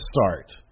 start